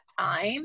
time